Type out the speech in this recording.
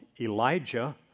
Elijah